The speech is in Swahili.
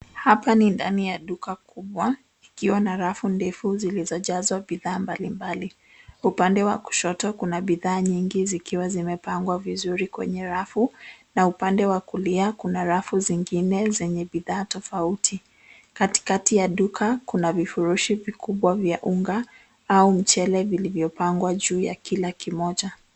Hapa ni ndani ya duka kubwa likiwa na rafu ndefu zilizojazwa bidhaa mbalimbali upande wa kushoto kuna bidhaa nyingi zikiwa zimepangwa vizuri kwenye rafu na upande wa kulia kuna rafu zingine zenye bidhaa tofauti. Katikati ya duka kuna vifurushi vikubwa vya unga au mchele vilivyopangwa juu ya kila kimoja.